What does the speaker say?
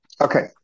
Okay